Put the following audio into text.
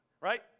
right